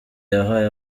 yahaye